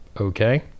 Okay